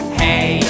hey